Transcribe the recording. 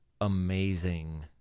amazing